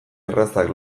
errazak